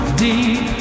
deep